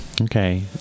okay